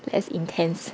less intense